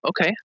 okay